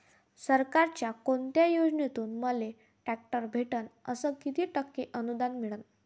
सरकारच्या कोनत्या योजनेतून मले ट्रॅक्टर भेटन अस किती टक्के अनुदान मिळन?